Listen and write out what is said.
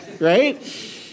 Right